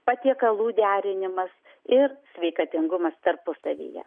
patiekalų derinimas ir sveikatingumas tarpusavyje